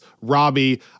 Robbie